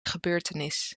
gebeurtenis